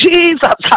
Jesus